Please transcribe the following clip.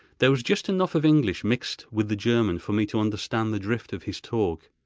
there was just enough of english mixed with the german for me to understand the drift of his talk.